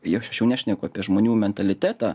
jau aš aš nešneku apie žmonių mentalitetą